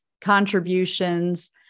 contributions